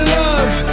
love